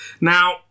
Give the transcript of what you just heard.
Now